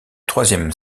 troisième